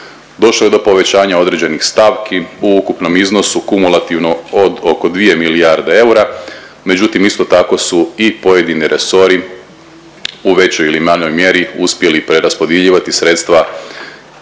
došlo je do povećanja određenih stavki u ukupnom iznosu kumulativno od oko 2 milijarde eura, međutim isto tako su i pojedini resori u većoj ili manjoj mjeri uspjeli preraspodjeljivati sredstva,